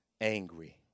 angry